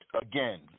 Again